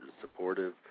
supportive